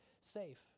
safe